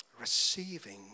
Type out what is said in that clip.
receiving